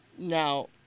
Now